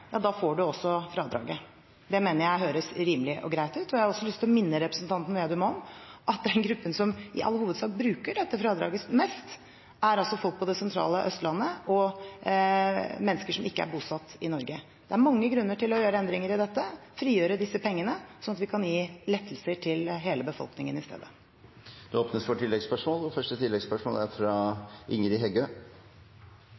får en også fradraget. Det mener jeg høres rimelig og greit ut. Jeg har også lyst til å minne representanten Slagsvold Vedum om at den gruppen som i all hovedsak bruker dette fradraget mest, er folk på det sentrale Østlandet og mennesker som ikke er bosatt i Norge. Det er mange grunner til å gjøre endringer i dette og frigjøre disse pengene, slik at vi kan gi lettelser til hele befolkningen i stedet. Det blir oppfølgingsspørsmål – først Ingrid Heggø. Høgre–Framstegsparti-regjeringa er